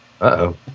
Uh-oh